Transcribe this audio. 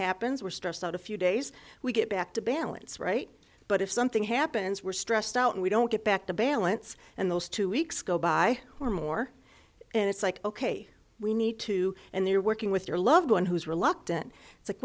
happens we're stressed out a few days we get back to balance right but if something happens we're stressed out and we don't get back to balance and those two weeks go by or more and it's like ok we need to and they are working with their loved one who's reluctant